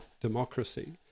democracy